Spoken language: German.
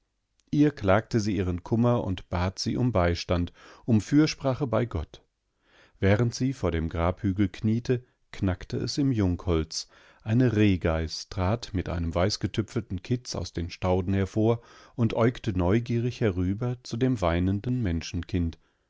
ihr klagte sie ihren kummer und bat sie um beistand um fürsprache bei gott während sie vor dem grabhügel kniete knackte es im jungholz eine rehgeiß trat mit einem weißgetüpfelten kitz aus den stauden hervor und äugte neugierig herüber zu dem weinenden